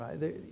right